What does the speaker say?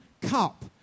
cup